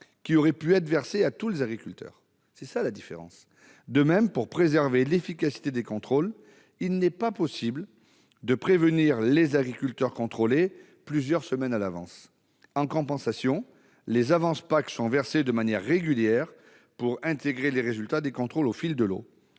PAC -avaient été consenties à tous les agriculteurs et payées par l'État. La différence est là. De même, pour préserver l'efficacité des contrôles, il n'est pas possible de prévenir les agriculteurs contrôlés plusieurs semaines à l'avance. En compensation, les avances PAC sont versées de manière régulière pour intégrer les résultats des contrôles au fil de l'eau.